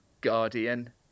Guardian